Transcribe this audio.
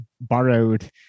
borrowed